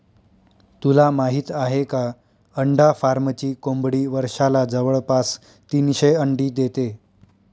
तुला माहित आहे का? अंडा फार्मची कोंबडी वर्षाला जवळपास तीनशे अंडी देते